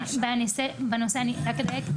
אני אדייק,